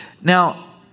Now